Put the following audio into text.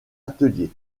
ateliers